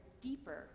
deeper